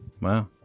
Wow